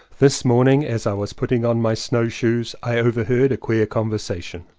this morning as i was putting on my snow shoes i overheard a queer conversation.